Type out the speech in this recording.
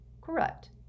Correct